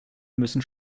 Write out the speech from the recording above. müssen